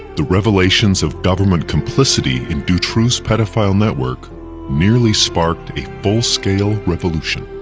the revelations of government complicity in dutroux's pedophile network nearly sparked a full-scale revolution.